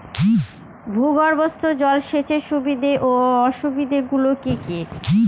ভূগর্ভস্থ জল সেচের সুবিধা ও অসুবিধা গুলি কি কি?